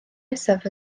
nesaf